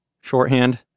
shorthand